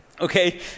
okay